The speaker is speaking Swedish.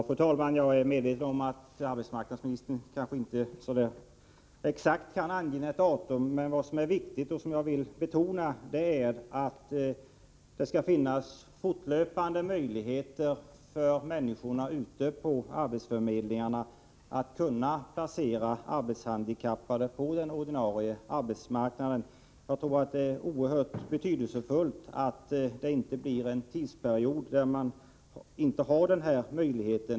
Fru talman! Jag är medveten om att arbetsmarknadsministern kanske inte kan ange ett exakt datum. Vad som är viktigt och vad jag vill betona är att det fortlöpande måste finnas möjligheter för arbetsförmedlingarna att placera arbetshandikappade på den ordinarie arbetsmarknaden. Jag tror att det är oerhört betydelsefullt att man inte under någon tidsperiod saknar den här möjligheten.